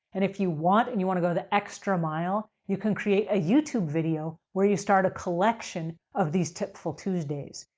and if you want, and you want to go the extra mile, you can create a youtube video where you start a collection of these tipful tuesdays.